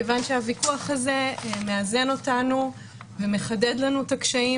כיוון שהוויכוח הזה מאזן אותנו ומחדד לנו את הקשיים